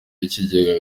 ikijyega